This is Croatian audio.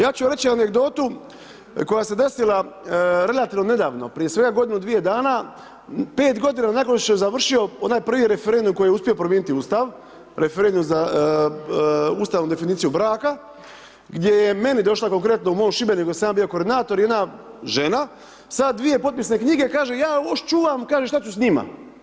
Ja ću reći anegdotu koja se desila relativno nedavno prije svega godinu, dvije dana, 5 godina nakon što je završio onaj prvi referendum koji je uspio promijeniti Ustav, referendum za ustavnu definiciju braka gdje je meni došlo u mom Šibeniku da sam ja bio koordinator jedna žena sa dvije potpisne knjige i kaže ja ovo čuvam kaže šta ću s njima.